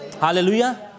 hallelujah